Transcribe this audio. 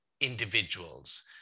individuals